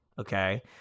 okay